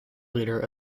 leader